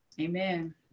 Amen